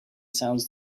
sounds